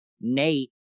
Nate